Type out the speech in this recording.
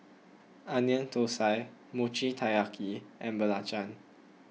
Onion Thosai Mochi Taiyaki and Belacan